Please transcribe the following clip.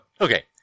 okay